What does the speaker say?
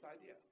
idea